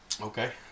Okay